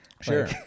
Sure